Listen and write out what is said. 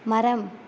மரம்